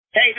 Hey